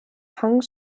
hang